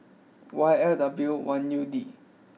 Y L W one U D